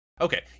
Okay